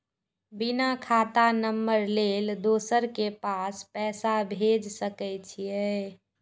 बिना खाता नंबर लेल दोसर के पास पैसा भेज सके छीए?